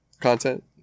content